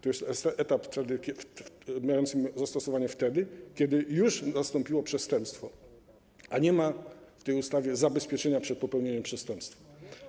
To jest etap mający zastosowanie wtedy, kiedy już nastąpiło przestępstwo, a nie ma w tej ustawie zabezpieczenia przed popełnieniem przestępstwa.